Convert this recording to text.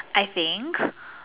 I think